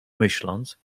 myśląc